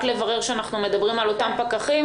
רק לברר שאנחנו מדברים על אותם פקחים.